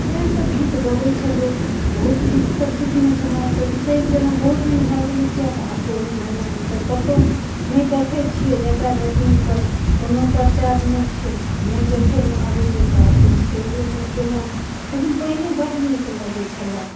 इएह सब गीत गबै छलै बहुत गीत सब सिखने छलहुँ आब तऽ बिसरि गेलहुँ बहुत दिन भए गेलै तऽ किए तऽ आब टोल महल्लामे तऽ कत्तौ नहि देखै छियै जटा जटिनके तऽ कोनो प्रचार नहि छै नै दैखैमे अबैए तऽ आब तऽ बिसैरो सब गेलहुँ लेकिन पहिने बड्ड नीक लगै छल